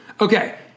okay